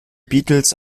beatles